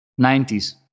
90s